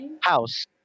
house